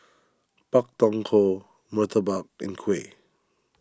Pak Thong Ko Murtabak and Kuih